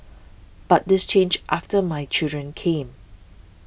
but this changed after my children came